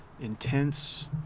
intense